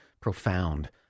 profound